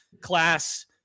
class